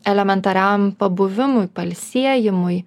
elementariam pabuvimui pailsėjimui